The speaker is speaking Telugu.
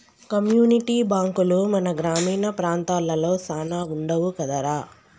కమ్యూనిటీ బాంకులు మన గ్రామీణ ప్రాంతాలలో సాన వుండవు కదరా